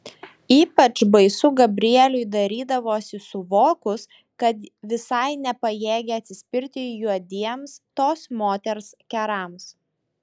ypač baisu gabrieliui darydavosi suvokus kad visai nepajėgia atsispirti juodiems tos moters kerams